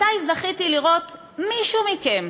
מתי זכיתי לראות מישהו מכם,